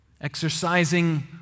exercising